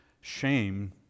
shame